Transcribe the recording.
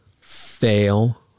fail